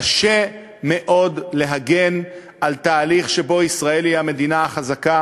קשה מאוד להגן על תהליך שבו ישראל היא המדינה החזקה